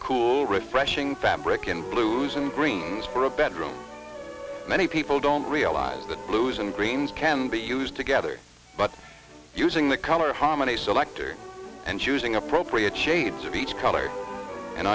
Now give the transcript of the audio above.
cool refreshing fabric in blues and greens for a bedroom many people don't realize that blues and greens can be used together but using the color harmony selector and choosing appropriate shades of each color an